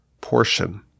portion